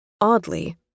Oddly